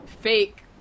fake